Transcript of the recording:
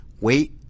wait